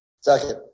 Second